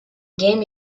game